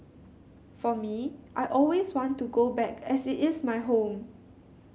for me I always want to go back as it is my home